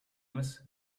эмес